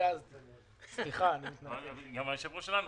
מיליון שקלים.